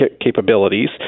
capabilities